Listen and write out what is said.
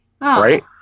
right